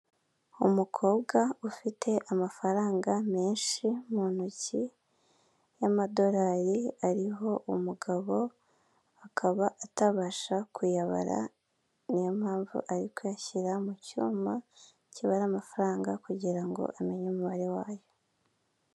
Umukobwa ufite amafaranga menshi mu ntoki y'amadorari ariho umugabo akaba atabasha kuyabara niyompamvu ari kuyashyira mu cyuma kibara amafaranga kugira ngo amenye umubare wayo.